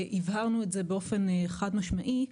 הבהרנו את זה באופן חד משמעי,